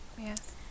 yes